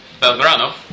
Belgrano